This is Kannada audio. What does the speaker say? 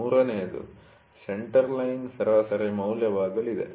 ಮೂರನೆಯದು ಸೆಂಟರ್ ಲೈನ್ ಸರಾಸರಿ ಮೌಲ್ಯವಾಗಲಿದೆ